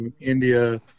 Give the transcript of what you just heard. India